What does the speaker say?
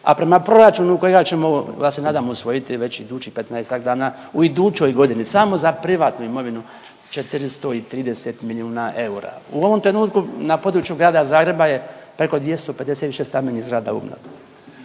a prema proračunu kojega ćemo ja se nadam usvojiti već idućih petnaestak dana u idućoj godini samo za privatnu imovinu 430 milijuna eura. U ovom trenutku na području grada Zagreba je preko 250 višestambenih zgrada